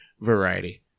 variety